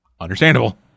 understandable